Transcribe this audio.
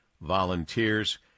volunteers